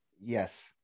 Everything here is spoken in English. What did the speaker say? yes